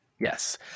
Yes